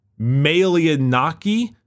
Malianaki